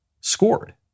scored